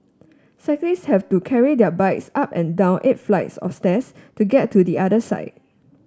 cyclists have to carry their bikes up and down eight flights of stairs to get to the other side